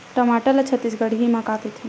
टमाटर ला छत्तीसगढ़ी मा का कइथे?